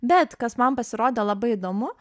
bet kas man pasirodė labai įdomu